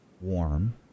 ...warm